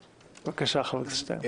בבקשה, חבר הכנסת שטרן.